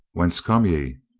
whence come ye?